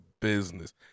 business